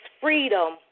freedom